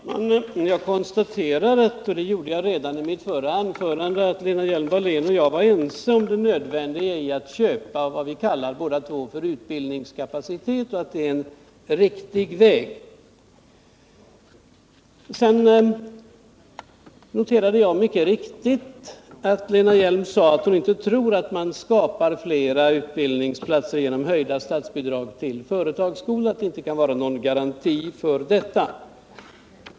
Herr talman! Jag konstaterar, liksom jag gjorde redan i mitt förra anförande, att Lena Hjelm-Wallén och jag är ense om det nödvändiga i att köpa vad vi båda kallar för utbildningskapacitet och om att detta är en riktig väg att gå. Vidare noterade jag att Lena Hjelm-Wallén bekräftade att hon mycket riktigt sagt att hon inte tror att höjda statsbidrag för företagsskolorna är någon garanti för att man skapar fler utbildningsplatser.